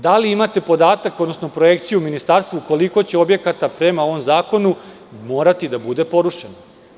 Da li imate podatak, odnosno projekciju u ministarstvu koliko će objekata prema ovom zakonu morati da bude porušeno?